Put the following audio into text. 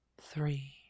three